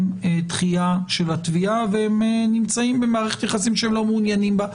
דחייה של התביעה והם נמצאים במערכת יחסים שהם לא מעוניינים בה.